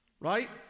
Right